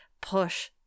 push